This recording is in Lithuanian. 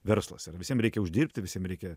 verslas ir visiem reikia uždirbti visiem reikia